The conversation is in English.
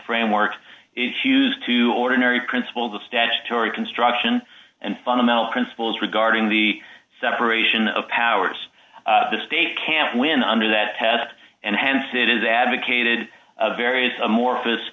framework is hughes to ordinary principles of statutory construction and fundamental principles regarding the separation of powers the state can't win under that test and hence it is advocated various amorphous